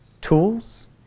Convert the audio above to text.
tools